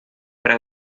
para